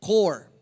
Core